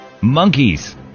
Monkeys